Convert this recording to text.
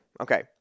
Okay